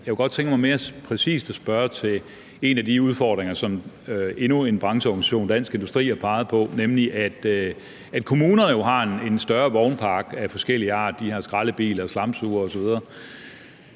Jeg kunne godt tænke mig mere præcist at spørge til en af de udfordringer, som endnu en brancheorganisation, Dansk Industri, har peget på, nemlig at kommuner jo har en større vognpark af forskellig art. De har skraldebiler, slamsugere osv.,